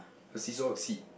the seesaw the seat